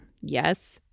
yes